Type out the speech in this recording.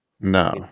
No